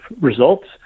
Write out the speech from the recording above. results